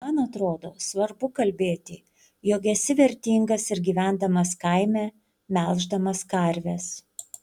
man atrodo svarbu kalbėti jog esi vertingas ir gyvendamas kaime melždamas karves